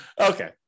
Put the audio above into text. Okay